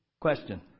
Question